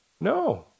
No